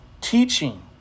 teaching